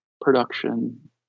production